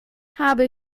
habe